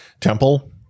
temple